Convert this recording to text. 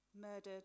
murdered